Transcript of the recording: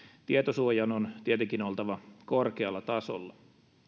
tietosuojan on tietenkin oltava korkealla tasolla